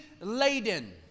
laden